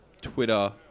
Twitter